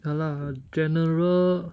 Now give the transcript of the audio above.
ya lah general